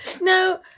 no